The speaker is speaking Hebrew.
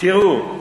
תראו,